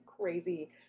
crazy